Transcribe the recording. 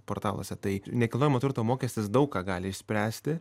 portaluose tai nekilnojamo turto mokestis daug ką gali išspręsti